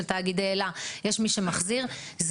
תאגידי "אל"ה" ואז יש מי שמחזיר את הכלובים,